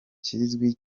kizwi